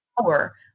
power